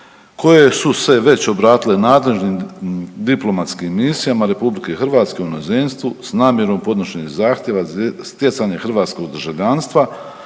koje su se već obratile nadležnim diplomatskim misijama RH u inozemstvu s namjerom podnošenja zahtjeva stjecanja hrvatskog državljanstva